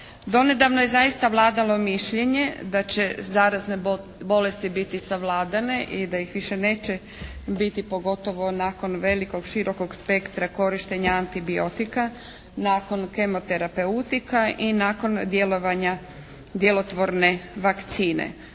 Donedavno je zaista vladalo mišljenje da će zarazne bolesti biti savladane i da ih više neće biti pogotovo nakon velikog širokog spektra korištenja antibiotika, nakon kemoterapeutika i nakon djelovanja djelotvorne vakcine.